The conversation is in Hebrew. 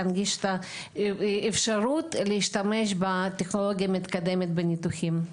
להנגיש את האפשרות להשתמש בטכנולוגיה מתקדמת בניתוחים.